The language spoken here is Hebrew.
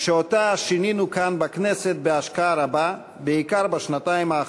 שאותה עשינו כאן בכנסת בהשקעה רבה,